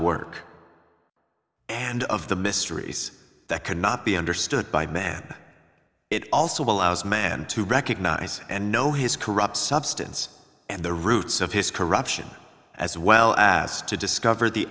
work and of the mysteries that cannot be understood by man it also allows man to recognize and know his corrupt substance and the roots of his corruption as well as to discover the